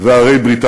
חברי הכנסת?